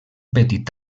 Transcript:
petit